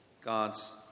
God's